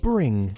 Bring